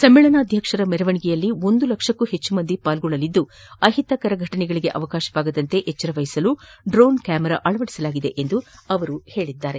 ಸಮ್ಮೇಳನಾಧ್ಯಕ್ಷರ ಮೆರವಣಿಗೆಯಲ್ಲಿ ಒಂದು ಲಕ್ಷಕ್ಕೂ ಅಧಿಕ ಮಂದಿ ಪಾಲ್ಗೊಳ್ಳಲಿದ್ದು ಅಹಿತಕರ ಫೆಟನೆಗಳಾಗದಂತೆ ಎಚ್ವರವಹಿಸಲು ಡ್ರೋನ್ ಕ್ಯಾಮರಾ ಅಳವಡಿಸಲಾಗಿದೆ ಎಂದು ಅವರು ಹೇಳಿದ್ದಾರೆ